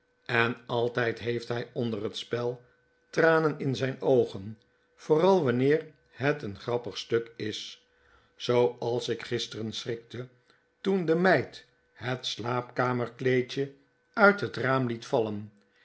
en altijd heeft hij onder het spel tranen in zijn oogen vooral wanneer het een grappig stuk is zooals ik gisteren schrikte toen de meid het slaapkamerkleedje uit het raam liet vallen